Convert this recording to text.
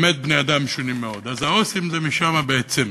/ באמת בני-אדם משונים מאוד" אז העו"סים זה משם בעצם.